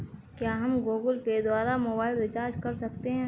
क्या हम Google Pay द्वारा मोबाइल रिचार्ज कर सकते हैं?